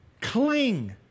cling